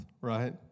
right